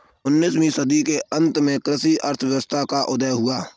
उन्नीस वीं सदी के अंत में कृषि अर्थशास्त्र का उदय हुआ